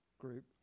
group